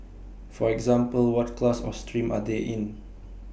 for example what class or stream are they in